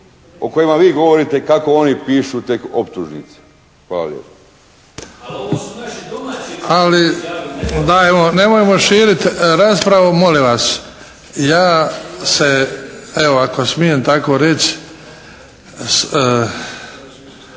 o kojima vi govorite kako oni pišu tek optužnice. Hvala lijepo. **Bebić, Luka (HDZ)** Ali. Da evo, nemojmo širiti raspravu, molim vas. Ja se evo ako smijem tako reći